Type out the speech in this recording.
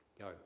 Go